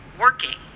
working